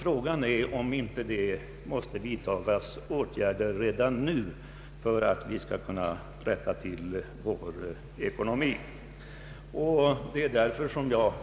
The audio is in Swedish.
Frågan är om inte redan nu åtgärder behöver vidtagas för att vi skall kunna rätta till vår ekonomi.